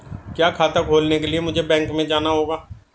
क्या खाता खोलने के लिए मुझे बैंक में जाना होगा?